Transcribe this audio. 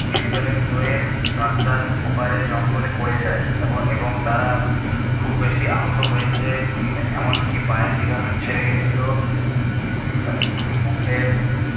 disbalance হয়ে রাস্তার ওপারে জঙ্গলে পরে যায় এবং তারা খুব বেশী আহত হয়েছে এমনকি পায়ের লিগামেন্ট ছিঁড়ে গেছিল মুখের